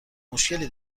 مشکلی